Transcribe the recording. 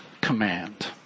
command